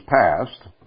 passed